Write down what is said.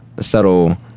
subtle